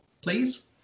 please